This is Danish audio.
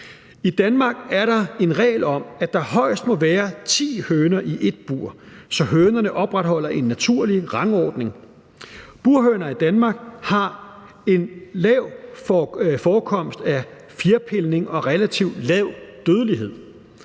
I Danmark er der en regel om, at der højst må være ti høner i ét bur, så hønerne opretholder en naturlig rangordning. Burhøner i Danmark har en lav forekomst af fjerpilning og en relativt lav dødelighed.